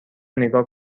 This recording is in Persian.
نیگا